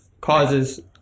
causes